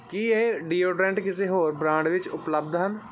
ਕੀ ਇਹ ਡੀਓਡਰੈਂਟ ਕਿਸੇ ਹੋਰ ਬ੍ਰਾਂਡ ਵਿੱਚ ਉਪਲੱਬਧ ਹਨ